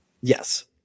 Yes